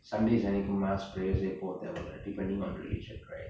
sunday அன்னைக்கி:annaki mass prayers போ தேவை இல்ல:po thevai illa depending on the religion right